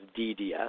DDS